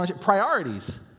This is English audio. Priorities